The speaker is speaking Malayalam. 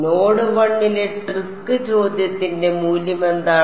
നോഡ് 1 ലെ ട്രിക്ക് ചോദ്യത്തിന്റെ മൂല്യം എന്താണ്